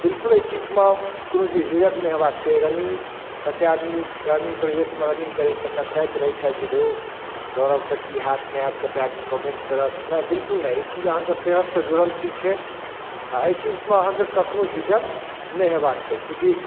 बिलकुल एहि सिकमे झिझक नहि हेबाक चाही रनिङ्ग कतेक आदमी गरमी प्रवेशमे रनिङ्ग करैसँ कतराइत रहै छथि जे धू दौड़ब तऽ कि हैत नहि हैत कतेक आदमी कमेन्ट करत नहि बिलकुल नहि ई चीज अहाँके सेहतसँ जुड़ल चीज छै आओर एहि चीजमे अहाँके कखनो झिझक नहि हेबाक छै चूँकि